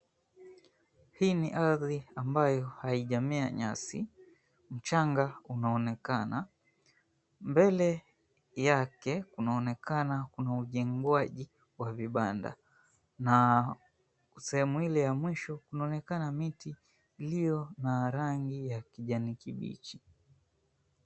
Hii ni ardhi ambayo haijamea nyasi. Mchanga unaonekana. Mbele yake kunaonekana kuna ujengwaji wa vibanda na sehemu ile ya mwisho kunaonekana kuna miti iliyo na rangi ya kijani kibichi.